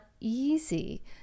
easy